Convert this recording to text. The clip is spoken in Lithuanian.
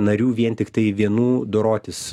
narių vien tiktai vienų dorotis